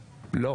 לא.